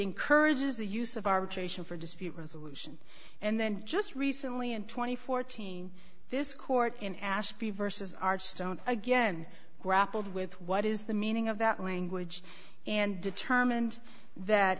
encourages the use of arbitration for dispute resolution and then just recently and twenty fourteen this court in ashby versus archstone again grappled with what is the meaning of that language and determined that